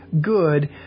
good